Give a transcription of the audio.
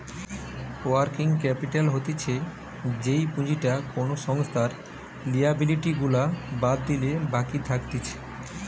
working capital হতিছে যেই পুঁজিটা কোনো সংস্থার লিয়াবিলিটি গুলা বাদ দিলে বাকি থাকতিছে